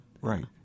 right